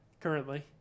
currently